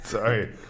Sorry